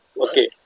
Okay